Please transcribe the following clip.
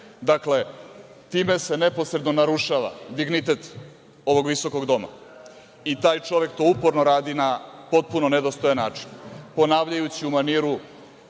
time se neposredno narušava dignitet ovog visokog doma. I taj čovek to uporno radi na potpuno nedostojan način, ponavljajući u maniru